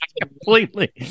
Completely